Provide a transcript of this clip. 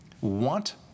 want